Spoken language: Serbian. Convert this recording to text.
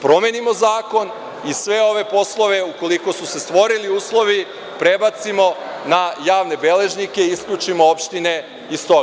promenimo zakon i sve ove poslove, ukoliko su se stvorili uslovi, prebacimo na javne beležnike i isključimo opštine iz toga.